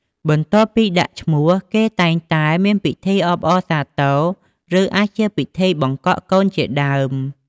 បន្ទាប់ពីដាក់ឈ្មោះ គេតែងតែមានពិធីអបអរសាទរ ឬអាចជាពិធីបង្កក់កូនជាដើម។